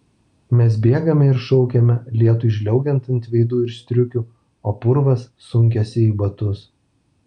mes bėgame ir šaukiame lietui žliaugiant ant veidų ir striukių o purvas sunkiasi į batus